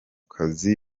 kazi